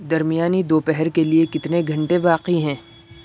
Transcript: درمیانی دوپہر کے لیے کتنے گھنٹے باقی ہیں